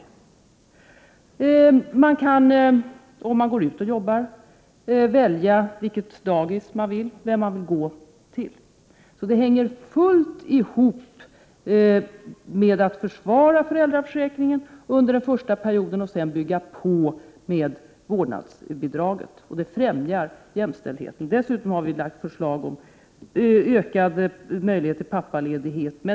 Om de går ut och jobbar kan de välja vilket dagis de vill, vem de vill gå till. Det hänger helt ihop med att vi vill försvara föräldraförsäkringen under den första perioden och sedan bygga på med vårdnadsbidraget. Det främjar jämställdheten. Dessutom har vi lagt fram förslag om ökad möjlighet till pappaledighet.